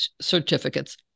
certificates